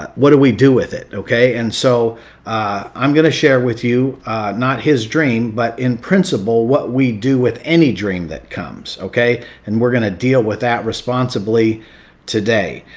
what do we do with it? okay? and so i'm going to share with you not his dream, but in principle what we do with any dream that comes, okay? and we're going to deal with that responsibly today.